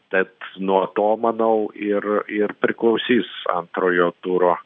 tad nuo to manau ir ir priklausys antrojo turo